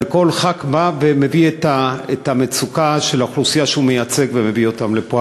וכל חבר כנסת בא ומביא את המצוקה של האוכלוסייה שהוא מייצג לפה.